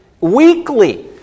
weekly